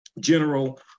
General